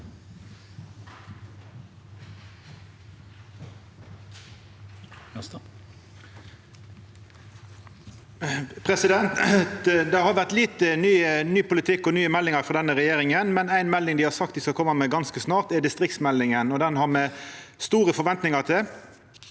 Det har vore lite ny politikk og nye meldingar frå denne regjeringa, men ei melding dei har sagt dei skal koma med ganske snart, er distriktsmeldinga. Ho har me store forventningar til.